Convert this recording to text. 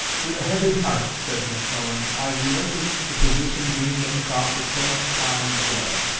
with a heavy heart, says mcclellan, i relinquished the position gained at the cost of so much time and blood.